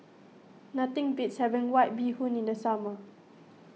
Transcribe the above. nothing beats having White Bee Hoon in the summer